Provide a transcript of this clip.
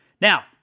Now